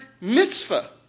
mitzvah